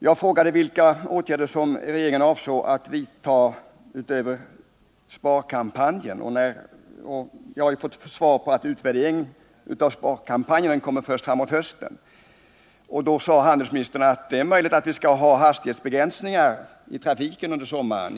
Jag frågade vilka åtgärder regeringen avsåg att vidta utöver sparkampanjen, och jag har fått svaret att utvärderingen av sparkampanjen kommer först framåt hösten. Handelsministern sade därvid att det är möjligt att hastighetsbegränsningar i trafiken skall införas under sommaren.